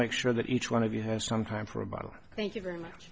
make sure that each one of you has some time for a bottle thank you very much